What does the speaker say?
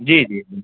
جی جی جی